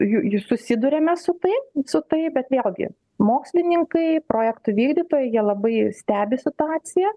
ju ju susiduriame su tai su tai bet vėlgi mokslininkai projektų vykdytojai jie labai stebi situaciją